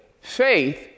faith